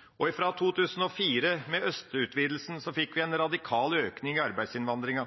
innen EU/EØS-landene. Fra 2004, med østutvidelsen, fikk vi en radikal økning i arbeidsinnvandringa.